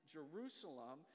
Jerusalem